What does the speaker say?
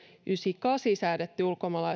yhdeksänkymmentäkahdeksan säädetty